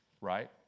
right